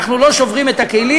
אנחנו לא שוברים את הכלים,